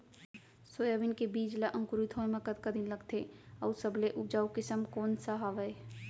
Soybean के बीज ला अंकुरित होय म कतका दिन लगथे, अऊ सबले उपजाऊ किसम कोन सा हवये?